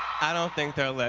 i don't think they are lit.